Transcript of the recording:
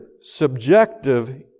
subjective